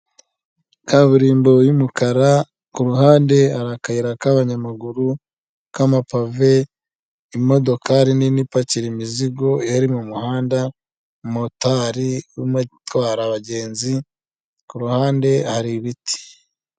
Kaburimbo y'umukara ku ruhande hara akayira k'abanyamaguru k'amapave, imodokari nini ipakira imizigo iri mu muhanda, motari utwara abagenzi ku ruhande hari ibiti.